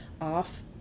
off